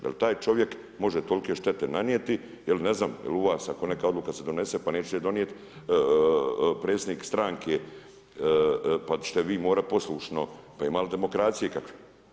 Da li taj čovjek može tolike štete nanijeti ili ne znam, jel' u vas ako neka odluka se donese pa neće je donijeti predsjednik stranke pa ćete vi morati poslušno, pa ima li demokracije ikakve?